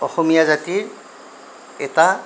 অসমীয়া জাতিৰ এটা